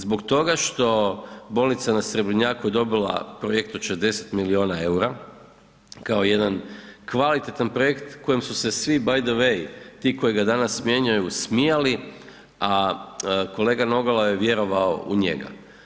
Zbog toga što bolnica na Srebrnjaku je dobila projekt od 60 milijuna eura kao jedan kvalitetan projekt kojim su se svi, by the way ti koji ga danas mijenjaju, smijali, a kolega Nogalo je vjerovao u njega.